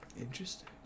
Interesting